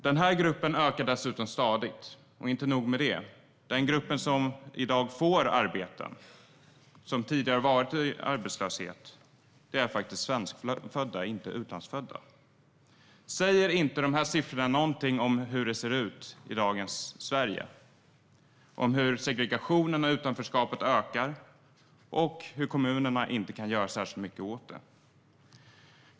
Den gruppen ökar dessutom stadigt. Inte nog med det; den grupp som i dag får arbeten, som tidigare har varit i arbetslöshet, är faktiskt svenskfödda, inte utlandsfödda. Säger inte de siffrorna någonting om hur det ser ut i dagens Sverige, om hur segregationen och utanförskapet ökar och hur kommunerna inte kan göra särskilt mycket?